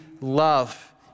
love